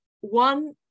one